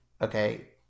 okay